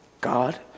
God